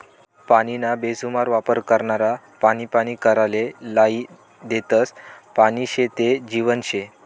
पानीना बेसुमार वापर करनारा पानी पानी कराले लायी देतस, पानी शे ते जीवन शे